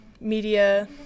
media